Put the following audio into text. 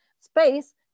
space